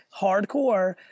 hardcore